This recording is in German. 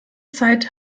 zeit